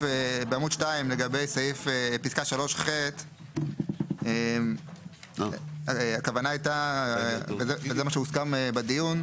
בעמוד 2 לגבי סעיף פסקה 3(ח) הכוונה הייתה וזה מה שהוסכם בדיון,